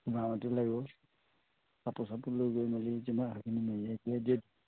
কুমাৰৰ মাটি লাগিব কাপোৰ চাপোৰ লৈ গৈ মেলি যেনিবা সেইখিনি মেৰিয়াই কৰিয়াই দিয়ে